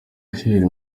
hill